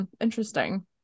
interesting